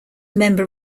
member